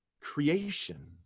creation